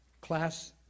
Class